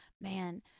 man